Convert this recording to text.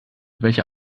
welcher